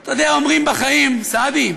אתה יודע, אומרים בחיים, סעדי,